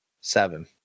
seven